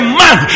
man